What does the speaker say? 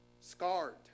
scarred